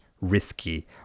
risky